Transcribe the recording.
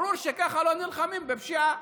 ברור שכך לא נלחמים בפשיעה.